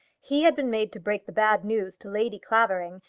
he had been made to break the bad news to lady clavering,